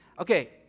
Okay